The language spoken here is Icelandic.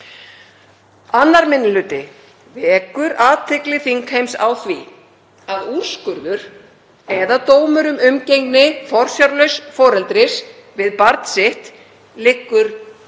2. minni hluti vekur athygli þingheims á því að úrskurður eða dómur um umgengni forsjárlauss foreldris við barn sitt liggur sjaldnast